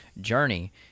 journey